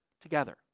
together